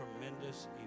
Tremendous